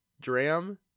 Dram